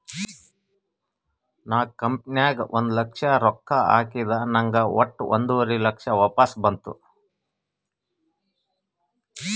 ನಾ ಕಂಪನಿ ನಾಗ್ ಒಂದ್ ಲಕ್ಷ ರೊಕ್ಕಾ ಹಾಕಿದ ನಂಗ್ ವಟ್ಟ ಒಂದುವರಿ ಲಕ್ಷ ವಾಪಸ್ ಬಂತು